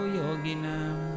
yoginam